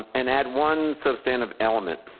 and add one substantive element.